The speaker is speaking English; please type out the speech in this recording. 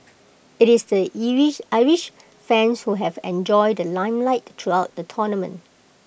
IT is the Irish fans who have enjoyed the limelight throughout the tournament